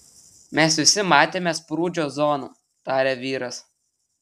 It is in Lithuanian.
mes visi matėme sprūdžio zoną tarė vyras